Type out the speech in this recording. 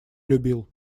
любил